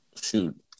shoot